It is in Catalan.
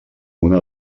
una